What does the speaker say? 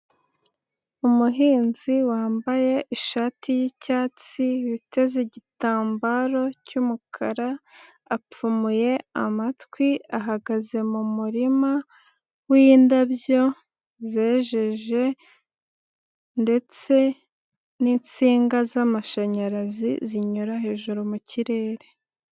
Umuhinzi wambaye ishati y'icyatsi, witeze igitambaro cy'umukara, apfumuye amatwi, ahagaze mu murima w'indabyo zejeje ndetse n'insinga z'amashanyarazi zinyura hejuru mu kirere.